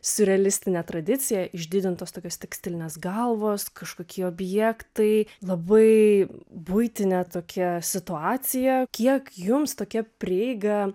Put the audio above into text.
siurrealistinę tradiciją išdidintos tokios tekstilinės galvos kažkokie objektai labai buitinė tokia situacija kiek jums tokia prieiga